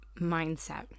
mindset